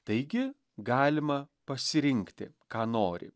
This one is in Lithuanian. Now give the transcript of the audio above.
taigi galima pasirinkti ką nori